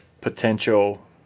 potential